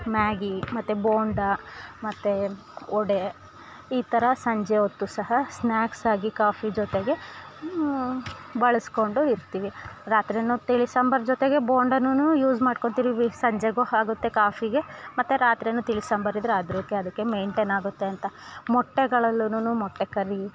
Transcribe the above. Maggi ಮತ್ತು ಬೋಂಡಾ ಮತ್ತು ವಡೆ ಈ ಥರ ಸಂಜೆ ಹೊತ್ತು ಸಹ ಸ್ನಾಕ್ಸ್ ಆಗಿ ಕಾಫಿ ಜೊತೆಗೆ ಬಳಸ್ಕೊಂಡು ಇರ್ತೀವಿ ರಾತ್ರಿ ತಿಳಿಸಾಂಬಾರು ಜೊತೆಗೆ ಬೋಂಡನೂ ಯೂಸ್ ಮಾಡ್ಕೊತೀವಿ ಸಂಜೆಗು ಆಗುತ್ತೆ ಕಾಫಿಗೆ ಮತ್ತು ರಾತ್ರಿ ತಿಳಿಸಾಂಬಾರು ಇದ್ರೆ ಅದಕೆ ಅದ್ಕೆ ಮೇಂಟೇನ್ ಆಗುತ್ತೆ ಅಂತ ಮೊಟ್ಟೆಗಳಲ್ಲುನೂ ಮೊಟ್ಟೆ ಕರಿ